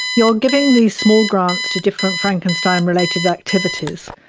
you're giving these small grants to different frankenstein related activities,